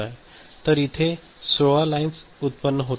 तर इथे 16 लाईन्स व्युत्पन्न होतात